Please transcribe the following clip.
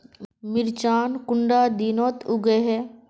मिर्चान कुंडा दिनोत उगैहे?